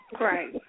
Right